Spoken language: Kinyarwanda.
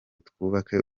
twubake